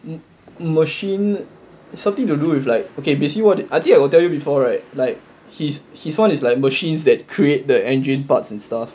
the machine it's something to do with like okay basically what I think I got tell you before right like his his [one] is like machines that create the engine parts and stuff